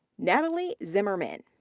natalie zimmermann.